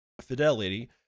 Fidelity